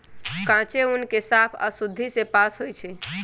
कांचे ऊन के साफ आऽ शुद्धि से पास होइ छइ